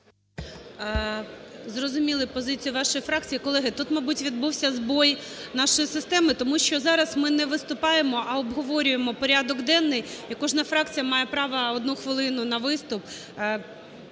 Зрозуміли позицію вашої фракції. Колеги, тут мабуть, відбувся збій нашої системи, тому що зараз ми не виступаємо, а обговорюємо порядок денний, і кожна фракція має право одну хвилину на виступ.